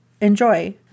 Enjoy